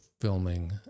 filming